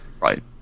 Right